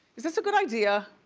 is this a good idea?